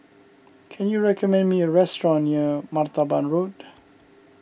can you recommend me a restaurant near Martaban Road